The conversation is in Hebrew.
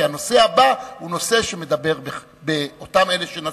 כי הנושא הבא הוא נושא שמדבר באותם אלה שנסעו.